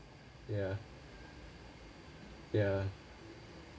ya ya